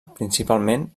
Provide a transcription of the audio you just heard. principalment